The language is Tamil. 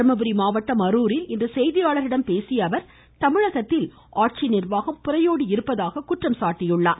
தர்மபுரி மாவட்டம் அருரில் இன்று செய்தியாளர்களிடம் பேசிய அவர் தமிழகத்தில் ஆட்சி நிர்வாகம் புரையோடி இருப்பதாக குந்றம் சாட்டியுள்ளார்